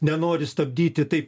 nenori stabdyti tai